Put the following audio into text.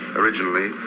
originally